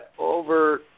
over